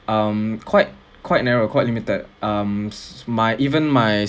um quite quite narrow quite limited um s~ my even my